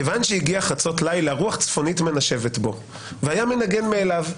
כיון שהגיע חצות לילה רוח צפונית מנשבת בו והיה מנגן מאליו.